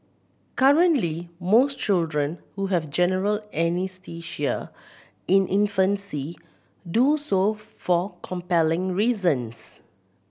currently most children who have general anaesthesia in infancy do so for compelling reasons